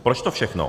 Proč to všechno?